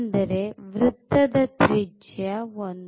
ಅಂದರೆ ವೃತ್ತದ ತ್ರಿಜ್ಯ 1